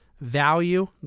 value